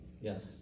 Yes